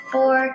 Four